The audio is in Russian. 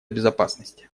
безопасности